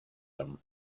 liom